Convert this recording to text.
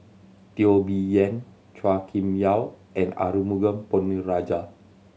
Teo Bee Yen Chua Kim Yeow and Arumugam Ponnu Rajah